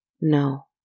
No